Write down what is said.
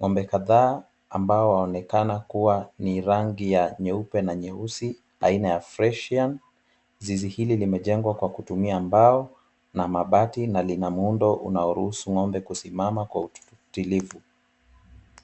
Ng'ombe kadhaa ambao waonekana kuwa ni rangi ya nyeupe na nyeusi, aina ya freshian . Zizi hili limejengwa kwa kutumia mbao na mabati, na lina muundo unaoruhusu ng'ombe kusimama kwa utilifu.